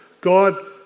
God